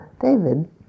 David